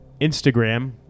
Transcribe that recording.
Instagram